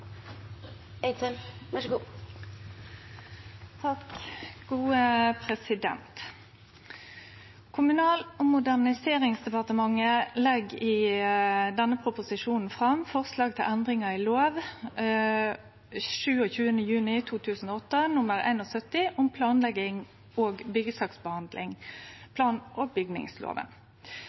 Kommunal- og moderniseringsdepartementet legg i denne proposisjonen fram forslag til endringar i lov 27. juni 2008 nr. 71 om planlegging og byggesaksbehandling, plan- og bygningsloven.